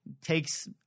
takes